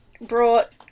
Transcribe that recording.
brought